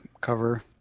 cover